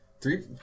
Three